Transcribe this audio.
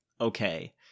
okay